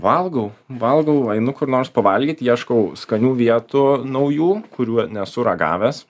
valgau valgau einu kur nors pavalgyt ieškau skanių vietų naujų kurių nesu ragavęs